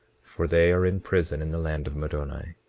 for they are in prison in the land of middoni.